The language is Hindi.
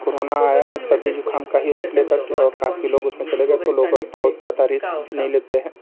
करोना आया सर्दी ज़ुखाम का ही रूप ले करके और काफी लोग उसमें चले गए तो लोग अब बहुत ज़्यादा रिस्क भी नहीं लेते हैं